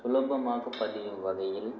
சுலபமாக பதியும் வகையில்